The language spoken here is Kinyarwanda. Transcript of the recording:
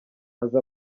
azi